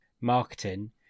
marketing